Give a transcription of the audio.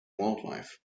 wildlife